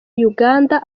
uganda